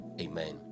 Amen